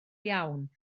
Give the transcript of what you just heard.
iawn